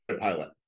pilot